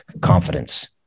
confidence